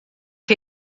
chi